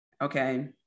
Okay